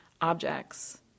objects